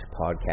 podcast